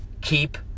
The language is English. keep